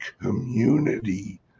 community